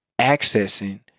accessing